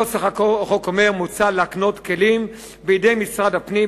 נוסח החוק אומר: מוצע להקנות כלים בידי משרד הפנים,